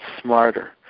smarter